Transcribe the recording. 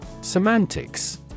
Semantics